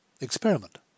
Experiment